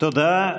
תודה.